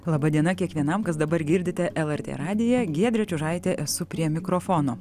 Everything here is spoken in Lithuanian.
laba diena kiekvienam kas dabar girdite lrt radiją giedrė čiužaitė esu prie mikrofono